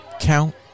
count